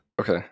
Okay